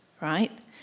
right